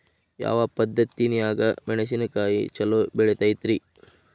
ಯಾವ ಪದ್ಧತಿನ್ಯಾಗ ಮೆಣಿಸಿನಕಾಯಿ ಛಲೋ ಬೆಳಿತೈತ್ರೇ?